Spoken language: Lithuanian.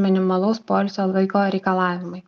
minimalaus poilsio laiko reikalavimai